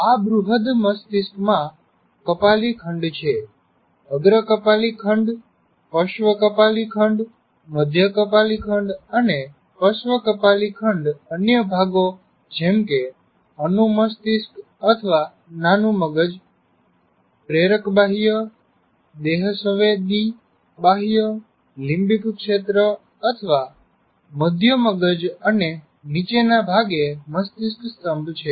આ બૃહદ મસ્તિષ્ક માં કપાલી ખંડ છે અગ્ર કપાલી ખંડ પશ્ર્વૅ કપાલી ખંડ મઘ્ય કપાલી ખંડ અને પશ્ચ કપાલી ખંડ અન્ય ભાગો જેમ કે અનુ મસ્તિષ્ક અથવા નાનું મગજ તેને કહેવાય છે પ્રેરક બાહ્યક દેહસવેદી બાહ્યક લીંબિક ક્ષેત્ર અથવા મઘ્ય મગજ અને નીચેના ભાગે મસ્તિષ્ક સ્તંભ છે